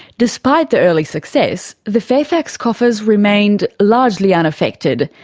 despite the early success, the fairfax coffers remained largely unaffected,